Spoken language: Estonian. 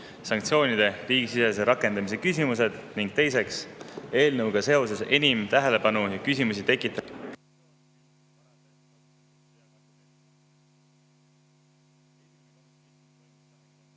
sanktsioonide riigisisese rakendamise küsimused, ning teiseks, eelnõuga seoses enim tähelepanu ja küsimusi tekitanud